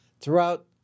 throughout